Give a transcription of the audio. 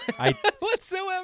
whatsoever